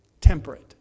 temperate